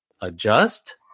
adjust